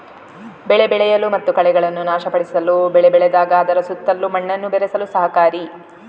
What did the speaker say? ಬೆಳೆ ಬೆಳೆಯಲು ಮತ್ತು ಕಳೆಗಳನ್ನು ನಾಶಪಡಿಸಲು ಬೆಳೆ ಬೆಳೆದಾಗ ಅದರ ಸುತ್ತಲೂ ಮಣ್ಣನ್ನು ಬೆರೆಸಲು ಸಹಕಾರಿ